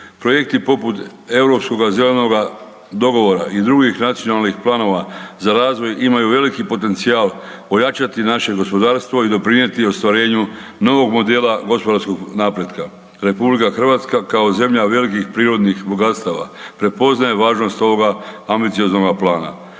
Projekti poput europskog zelenog dogovora i drugih nacionalnih planova za razvoj imaju veliki potencijal ojačati naše gospodarstvo i doprinijeti ostvarenju novog modela gospodarskog napretka. RH kao zemlja velikih prirodnih bogatstava prepoznaje važnost ovoga ambicioznoga plana.